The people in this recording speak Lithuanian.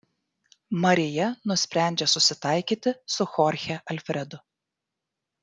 marija nusprendžia susitaikyti su chorche alfredu